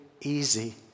easy